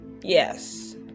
Yes